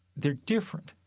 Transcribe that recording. they're different.